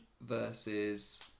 versus